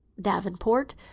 davenport